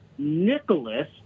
Nicholas